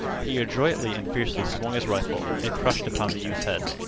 he adroitly and fiercely swung his rifle. it crushed upon the youth's head.